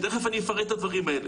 ותיכף אני אפרט את הדברים האלה.